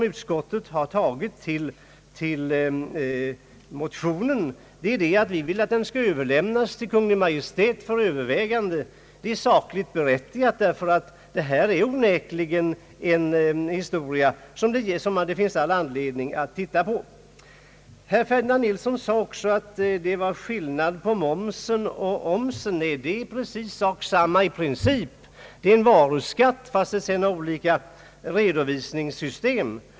Utskottet har intagit den ställningen till motionen att vi vill att den skall överlämnas till Kungl. Maj:t för övervägande. Det är sakligt berättigat, eftersom det onekligen finns anledning att titta på denna fråga. Herr Ferdinand Nilsson sade också att det var skillnad på oms och moms. Nej, det är precis samma sak i princip — en varuskatt. Däremot är det olika redovisningssystem.